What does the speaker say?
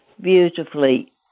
beautifully